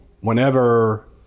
whenever